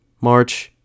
March